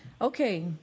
Okay